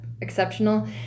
Exceptional